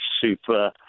super